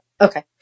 Okay